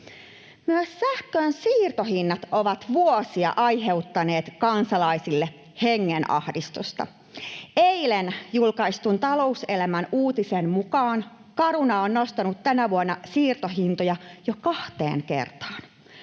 Myös sähkön siirtohinnat ovat vuosia aiheuttaneet kansalaisille hengenahdistusta. Eilen julkaistun Talouselämän uutisen mukaan Caruna on nostanut tänä vuonna siirtohintoja jo kahteen kertaan.